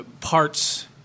parts